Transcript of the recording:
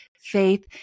faith